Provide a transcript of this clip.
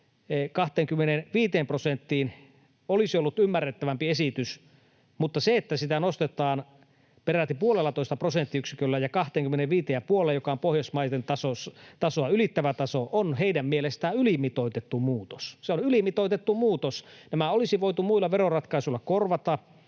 25 prosenttiin olisi ollut ymmärrettävämpi esitys, mutta se, että sitä nostetaan peräti puolellatoista prosenttiyksiköllä ja kahteenkymmeneenviiteen ja puoleen, joka on Pohjoismaiden tason ylittävä taso, on heidän mielestään ylimitoitettu muutos. Se on ylimitoitettu muutos, tämä olisi voitu muilla veroratkaisuilla korvata,